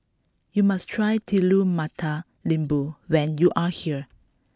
you must try Telur Mata Lembu when you are here